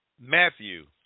Matthew